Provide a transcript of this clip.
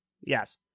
yes